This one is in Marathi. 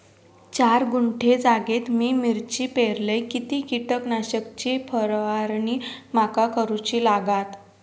चार गुंठे जागेत मी मिरची पेरलय किती कीटक नाशक ची फवारणी माका करूची लागात?